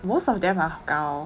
most of them are 高